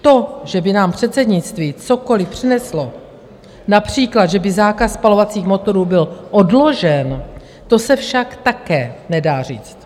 To, že by nám předsednictví cokoliv přineslo, například že by zákaz spalovacích motorů byl odložen, to se však také nedá říct.